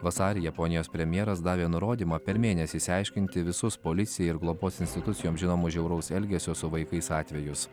vasarį japonijos premjeras davė nurodymą per mėnesį išsiaiškinti visus policijai ir globos institucijoms žinomus žiauraus elgesio su vaikais atvejus